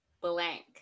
blank